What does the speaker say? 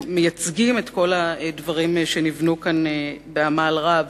מייצגים את כל הדברים שנבנו כאן בעמל רב.